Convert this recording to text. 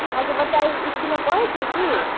अहाँकेँ बच्चा ई इसकुलमे पढ़ैत छै की